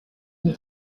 une